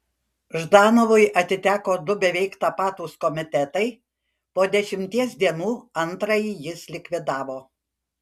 ždanovui atiteko du beveik tapatūs komitetai po dešimties dienų antrąjį jis likvidavo